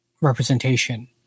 representation